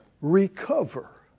Recover